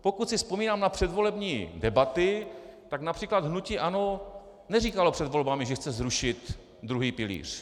Pokud si vzpomínám na předvolební debaty, tak například hnutí ANO neříkalo před volbami, že chce zrušit druhý pilíř.